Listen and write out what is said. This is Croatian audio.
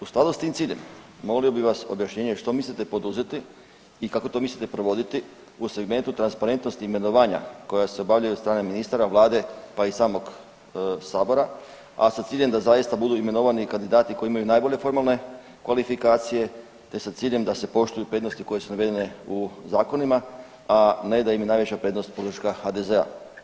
U skladu s tim ciljem molio bih vas objašnjenje što mislite poduzeti i kako to mislite provoditi u segmentu transparentnosti imenovanja koja se obavljaju od strane ministara, Vlade pa i samog sabora, a sa ciljem da zaista budu imenovani kandidati koji imaju najbolje formalne kvalifikacije te sa ciljem da se poštuju prednosti koje su navedene u zakonima, a ne da im je najviša prednost podrška HDZ-a.